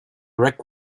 rag